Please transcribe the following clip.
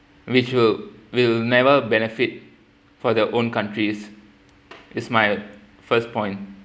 which will will never benefit for their own countries is my first point